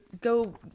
go